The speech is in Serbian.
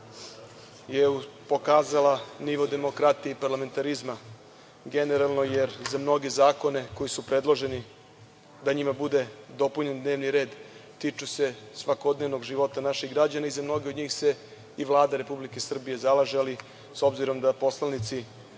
je pokazala nivo demokratije i parlamentarizma, generalno, jer mnogi zakoni koji su predloženi da njima bude dopunjen dnevni red tiču se svakodnevnog života naših građana i za mnoge od njih se Vlada Republike Srbije zalaže. S obzirom da poslanici